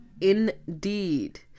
Indeed